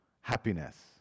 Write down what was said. happiness